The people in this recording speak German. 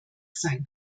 sein